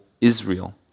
Israel